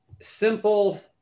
simple